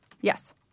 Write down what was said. Yes